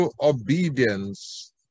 obedience